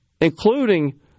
including